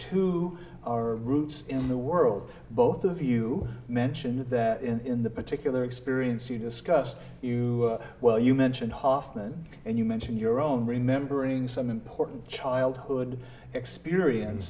to our roots in the world both of you mentioned that in the particular experience you discussed you well you mentioned hofmann and you mention your own remembering some important childhood experience